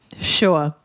Sure